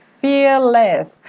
fearless